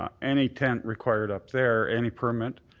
um any tent required up there, any permit,